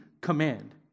command